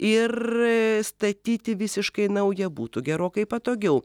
ir statyti visiškai naują būtų gerokai patogiau